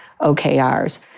okrs